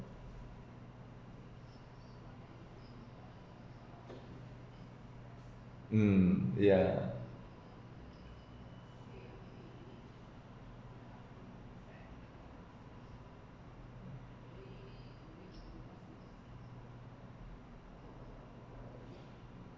um ya